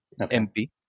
MP